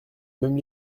même